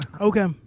Okay